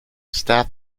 staff